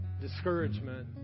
discouragement